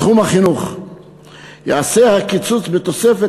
בתחום החינוך ייעשה הקיצוץ בתוספות